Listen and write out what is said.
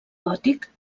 gòtic